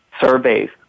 surveys